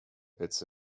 it’s